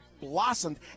blossomed